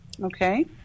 Okay